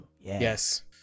Yes